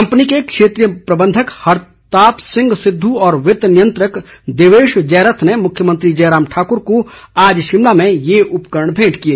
company के क्षेत्रीय प्रबंधक हरताप सिंह सिद्द्ध और वित्त नियंत्रक देवेश जयरथ ने मुख्यमंत्री जयराम ठाकुर को आज शिमला में ये उपकरण भेंट किए